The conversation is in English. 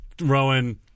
Rowan